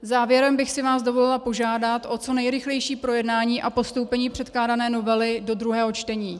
Závěrem bych si vás dovolila požádat o co nejrychlejší projednání a postoupení předkládané novely do druhého čtení.